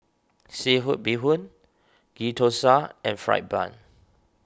Seafood Bee Hoon Ghee Thosai and Fried Bun